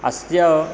अस्य